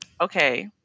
okay